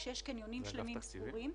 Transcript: כשיש קניונים שלמים סגורים,